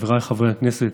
חבריי חברי הכנסת,